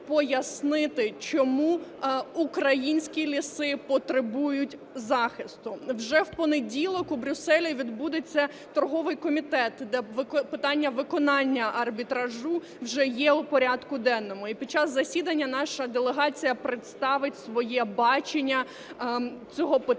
пояснити, чому українські ліси потребують захисту. Вже в понеділок у Брюсселі відбудеться торговий комітет, де питання виконання арбітражу вже є у порядку денному. І під час засідання наша делегація представить своє бачення цього питання